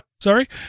Sorry